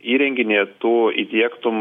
įrenginį tu įdiegtum